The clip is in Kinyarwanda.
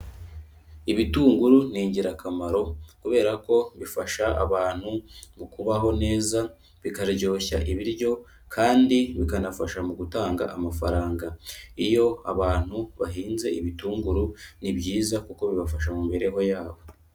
Ibitunguru ni ingirakamaro kubera ko bifasha abantu mu kubaho neza bikaryoshya ibiryo kandi bikanafasha mu gutanga amafaranga, iyo abantu bahinze ibitunguru ni byiza kuko bibafasha mu mibereho yabo.